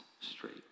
straight